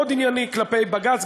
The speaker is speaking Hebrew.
מאוד ענייני כלפי בג"ץ,